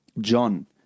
John